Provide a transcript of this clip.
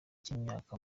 cy’imyaka